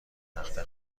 تخته